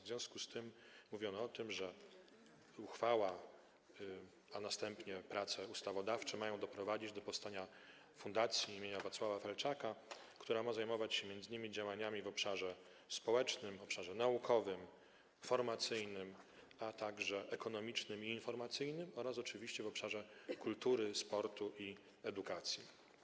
W związku z tym mówiono o tym, że uchwała, a następnie prace ustawodawcze mają doprowadzić do powstania Fundacji im. Wacława Felczaka, która ma zajmować się m.in. działaniami w obszarze społecznym, naukowym, formacyjnym, ekonomicznym i informacyjnym oraz oczywiście w obszarze kultury, sportu i edukacji.